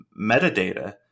metadata